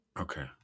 okay